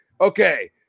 okay